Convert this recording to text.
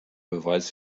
beweis